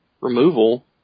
removal